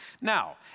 Now